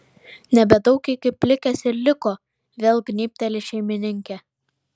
nebedaug iki plikės ir liko vėl gnybteli šeimininkė